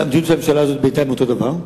והמדיניות של הממשלה הזאת בינתיים היא אותו הדבר: